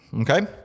okay